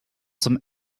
some